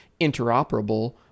interoperable